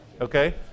Okay